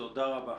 תודה רבה.